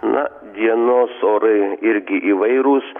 na dienos orai irgi įvairūs